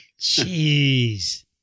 Jeez